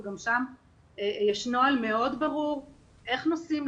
וגם שם יש נוהל מאוד ברור איך נוסעים,